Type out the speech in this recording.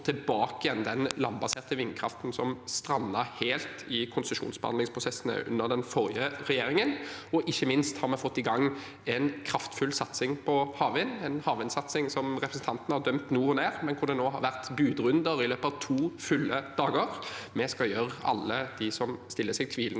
tilbake igjen den landbaserte vindkraften som strandet helt i konsesjonsbehandlingsprosessene under den forrige regjeringen, og ikke minst har vi fått i gang en kraftfull satsing på havvind, en havvindsatsing representanten har dømt nord og ned, men hvor det nå har vært budrunder i løpet av to fulle dager. Vi skal gjøre tvilen til skamme